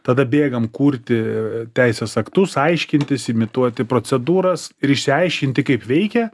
tada bėgam kurti teisės aktus aiškintis imituoti procedūras ir išsiaiškinti kaip veikia